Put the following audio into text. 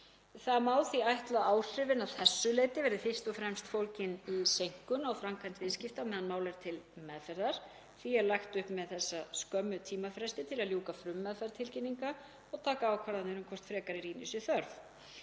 Það má því ætla að áhrifin að þessu leyti verði fyrst og fremst fólgin í seinkun á framkvæmd viðskipta á meðan mál er til meðferðar. Því er lagt upp með þessa skömmu tímafresti til að ljúka frummeðferð tilkynninga og taka ákvarðanir um hvort frekari rýni sé þörf.